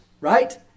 right